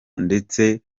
ndetse